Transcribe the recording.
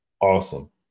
awesome